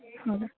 ಹೌದಾ